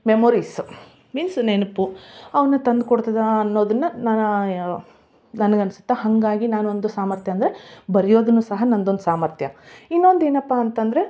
memories means ನೆನಪು ಅವನ್ನ ತಂದು ಕೊಡ್ತದ ಅನ್ನೋದನ್ನ ನಾನು ನನಗೆ ಅನ್ಸತ ಹಾಗಾಗಿ ನಾನು ಒಂದು ಸಾಮರ್ಥ್ಯ ಅಂದರೆ ಬರಿಯೋದುನ್ನು ಸಹ ನಂದು ಒಂದು ಸಾಮರ್ಥ್ಯ ಇನ್ನೊಂದು ಏನಪ್ಪಾ ಅಂತಂದರೆ